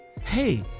hey